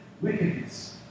wickedness